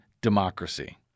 democracy